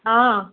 آ